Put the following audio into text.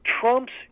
Trump's